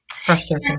frustration